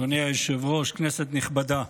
אדוני היושב-ראש, כנסת נכבדה,